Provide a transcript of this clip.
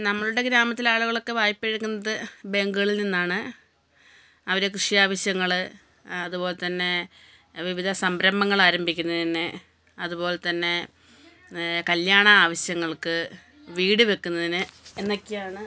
നമ്മൾടെ ഗ്രാമത്തിലെ ആളുകളൊക്കെ വായിപ്പയെടുക്ക്ന്നത് ബേങ്കുകളിൽ നിന്നാണ് അവരെ കൃഷി ആവശ്യങ്ങള് അതുപോലെ തന്നെ വിവിധ സംരംഭങ്ങളാരംഭിക്കുന്നതിന് അതുപോലെ തന്നെ കല്യാണ ആവശ്യങ്ങൾക്ക് വീട് വെക്കുന്നതിന് എന്നൊക്കെയാണ്